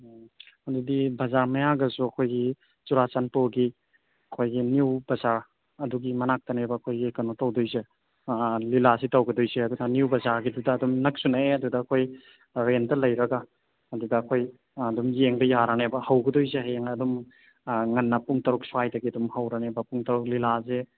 ꯑꯗꯨꯗꯤ ꯕꯖꯥꯔ ꯃꯌꯥꯗꯁꯨ ꯑꯩꯈꯣꯏꯒꯤ ꯆꯨꯔꯥꯆꯥꯟꯄꯨꯔꯒꯤ ꯑꯩꯈꯣꯏꯒꯤ ꯅ꯭ꯌꯨ ꯕꯖꯥꯔ ꯑꯗꯨꯒꯤ ꯃꯅꯥꯛꯇꯅꯦꯕ ꯑꯩꯈꯣꯏꯒꯤ ꯀꯩꯅꯣ ꯇꯧꯗꯣꯏꯁꯦ ꯑꯥ ꯂꯤꯂꯥꯁꯤ ꯇꯧꯒꯗꯣꯏꯁꯦ ꯑꯗꯨꯅ ꯅ꯭ꯌꯨ ꯕꯖꯥꯔꯒꯤꯗꯨꯗ ꯑꯗꯨꯝ ꯅꯛꯁꯨ ꯅꯛꯑꯦ ꯑꯗꯨꯗ ꯑꯩꯈꯣꯏ ꯔꯦꯟꯇ ꯂꯩꯔꯒ ꯑꯗꯨꯗ ꯑꯩꯈꯣꯏ ꯑꯥ ꯑꯗꯨꯝ ꯌꯦꯡꯕ ꯌꯥꯔꯅꯦꯕ ꯍꯧꯒꯗꯣꯏꯁꯦ ꯍꯌꯦꯡ ꯑꯗꯨꯝ ꯉꯟꯅ ꯄꯨꯡ ꯇꯔꯨꯛ ꯁ꯭ꯋꯥꯏꯗꯒꯤ ꯑꯗꯨꯝ ꯍꯧꯔꯅꯦꯕ ꯄꯨꯡ ꯇꯔꯨꯛ ꯂꯤꯂꯥꯁꯦ